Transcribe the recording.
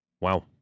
Wow